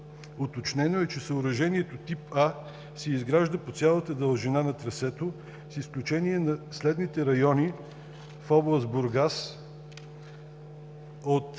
Уточнено е, че съоръжението тип „А“ се изгражда по цялата дължина на трасето с изключение на следните райони: в област Бургас от